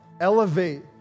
elevate